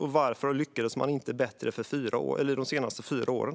Och varför lyckades man inte bättre de senaste fyra åren?